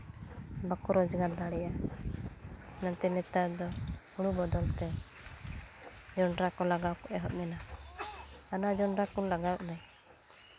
ᱵᱟᱠᱚ ᱨᱳᱡᱽᱜᱟᱨ ᱫᱟᱲᱮᱭᱟᱜᱼᱟ ᱢᱮᱱᱛᱮ ᱱᱮᱛᱟᱨ ᱫᱚ ᱦᱳᱲᱳ ᱵᱚᱫᱚᱞ ᱛᱮ ᱡᱚᱱᱰᱨᱟ ᱠᱚ ᱞᱟᱜᱟᱣ ᱠᱚ ᱮᱦᱚᱵ ᱮᱱᱟ ᱟᱫᱚ ᱡᱚᱱᱰᱨᱟ ᱠᱚ ᱞᱟᱜᱟᱣ ᱞᱮ